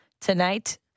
tonight